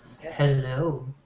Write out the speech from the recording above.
Hello